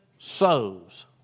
sows